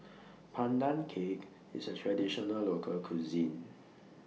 Pandan Cake IS A Traditional Local Cuisine